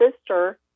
sister